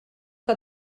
que